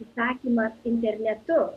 užsakymą internetu